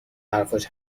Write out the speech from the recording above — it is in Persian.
حرفاش